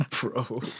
bro